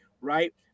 right